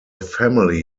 family